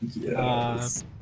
Yes